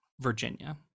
Virginia